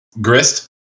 grist